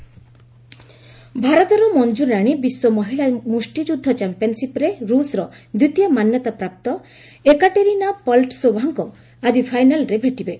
boxing ଭାରତର ମଞ୍ଜୁରାଣୀ ବିଶ୍ୱ ମହିଳା ମୁଷ୍ଟିଯୁଦ୍ଧ ଚାମ୍ପିୟନ୍ସିପ୍ରେ ରୁଷ୍ର ଦ୍ୱିତୀୟ ମାନ୍ୟତାପ୍ରାପ୍ତ ଏକାଟେରିନା ପଲ୍ଟ୍ସେଭାଙ୍କୁ ଆଜି ଫାଇନାଲ୍ରେ ଭେଟିବେ